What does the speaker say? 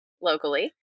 locally